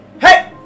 Hey